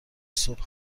صبح